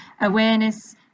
awareness